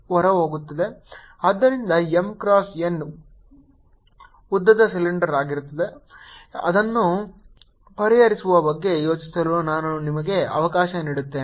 ಆದ್ದರಿಂದ M cross n ಉದ್ದದ cylinder ಆಗಿರುತ್ತದೆ ಇದನ್ನು ಪರಿಹರಿಸುವ ಬಗ್ಗೆ ಯೋಚಿಸಲು ನಾನು ನಿಮಗೆ ಅವಕಾಶ ನೀಡುತ್ತೇನೆ